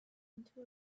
into